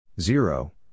Zero